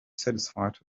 satisfied